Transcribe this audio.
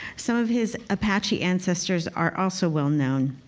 some of his apache ancestors are also well-known.